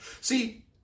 See